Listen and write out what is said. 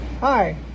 Hi